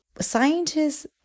scientists